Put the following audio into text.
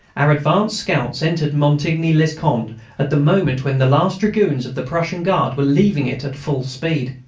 our advanced scouts entered montigny-les-conde at the moment when the last dragoons of the prussian guard were leaving it at full speed.